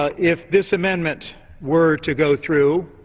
ah if this amendment were to go through,